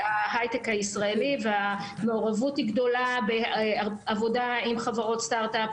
ההיי-טק הישראלי והמעורבות היא גדולה בעבודה עם חברות סטרטאפ,